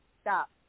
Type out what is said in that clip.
stop